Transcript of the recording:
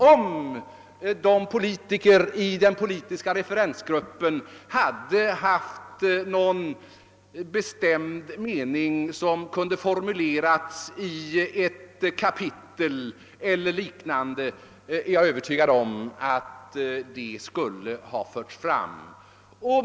Om politikerna i referensgruppen hade haft någon bestämd mening som kunde ha formulerats i ett särskilt kapitel eller något liknande, är jag övertygad om att det skulle ha förts fram.